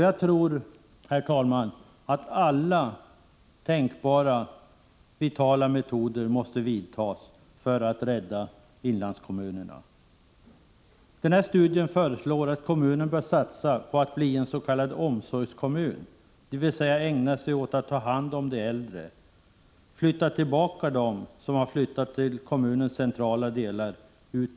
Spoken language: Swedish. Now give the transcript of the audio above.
Jag tror, herr talman, att alla tänkbara vitala metoder måste användas för att rädda inlandskommunerna. I den här studien föreslås att kommunen bör satsa på att bli en s.k. omsorgskommun, dvs. ägna sig åt att ta hand om de äldre — att flytta tillbaka till serviceorterna dem som flyttat till kommunens centrala delar.